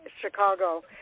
Chicago